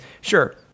sure